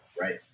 Right